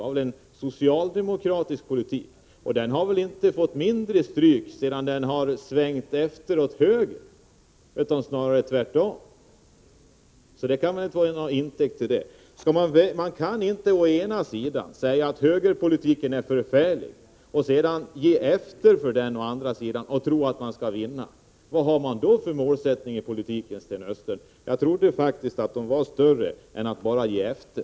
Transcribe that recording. Det var en socialdemokratisk politik, och den har inte fått mindre stryk sedan den har svängt efter åt höger utan snarare tvärtom. Man kan inte å ena sidan säga att högerpolitik är förfärlig och sedan, å andra sidan, ge efter för den och tro att man skall vinna. Vad har man då för målsättning med sin politik, Sten Östlund? Jag trodde faktiskt att målen var högre än att man bara skulle ge efter!